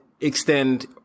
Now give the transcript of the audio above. extend